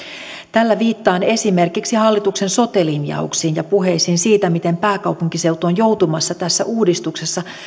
tällä viittaan esimerkiksi hallituksen sote linjauksiin ja puheisiin siitä miten pääkaupunkiseutu on joutumassa tässä uudistuksessa